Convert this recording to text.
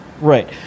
Right